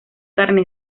carne